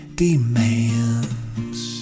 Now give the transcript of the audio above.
demands